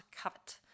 covet